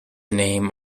name